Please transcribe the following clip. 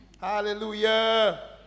Hallelujah